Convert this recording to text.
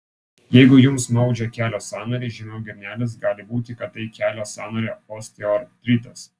jeigu jums maudžia kelio sąnarį žemiau girnelės gali būti kad tai kelio sąnario osteoartritas